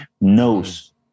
knows